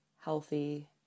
healthy